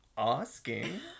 asking